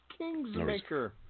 Kingsmaker